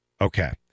Okay